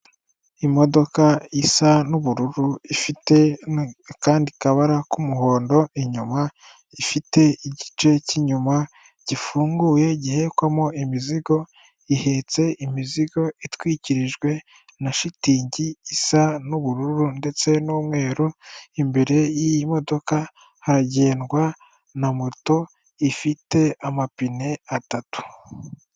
Imodoka isa n'ubururu ifite akandi kabara k'umuhondo, inyuma ifite igice cy'inyuma gifunguye gihekwamo imizigo, ihetse imizigo itwikirijwe na shitingi isa n'ubururu ndetse n'umweru imbere y'iyi modoka haragendwa na moto ifite amapine atatu.